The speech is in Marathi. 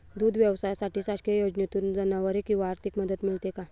दूध व्यवसायासाठी शासकीय योजनेतून जनावरे किंवा आर्थिक मदत मिळते का?